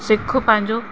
सिख पंहिंजो